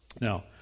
Now